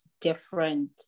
different